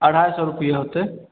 अढ़ाइ सए रुपिए होयतै